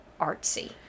artsy